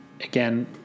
again